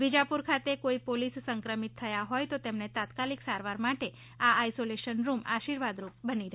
વિજાપુર ખાતે કોઇ પોલીસ સંક્રમીત થયા હોય તેમને તાત્કાલિક સારવાર માટે આ આઈસોલેશન રૂમ આર્શીવાદરૂપ બની રહેશે